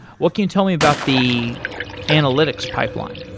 what can you tell me about the analytics pipeline?